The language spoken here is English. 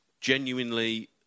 Genuinely